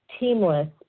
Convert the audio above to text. teamless